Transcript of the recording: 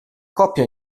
coppia